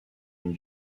une